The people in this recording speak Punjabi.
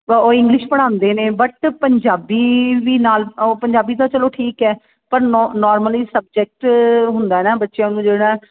ਤਾਂ ਉਹ ਇੰਗਲਿਸ਼ ਪੜ੍ਹਾਉਂਦੇ ਨੇ ਬਟ ਪੰਜਾਬੀ ਵੀ ਨਾਲ ਉਹ ਪੰਜਾਬੀ ਤਾਂ ਚਲੋ ਠੀਕ ਹੈ ਪਰ ਨੋ ਨੋਰਮਲੀ ਸਬਜੈਕਟ ਹੁੰਦਾ ਨਾ ਬੱਚਿਆਂ ਨੂੰ ਜਿਹੜਾ